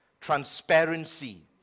Transparency